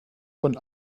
von